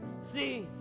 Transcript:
See